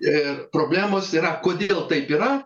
ir problemos yra kodėl taip yra